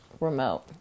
remote